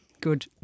Good